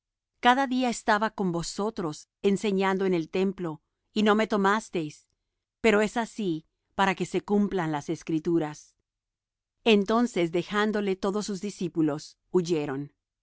cada día estaba con vosotros enseñando en el templo y no me tomasteis pero es así para que se cumplan las escrituras entonces dejándole todos sus discípulos huyeron